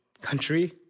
country